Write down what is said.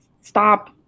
stop